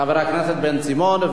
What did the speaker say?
חבר הכנסת בן-סימון,